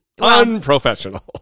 Unprofessional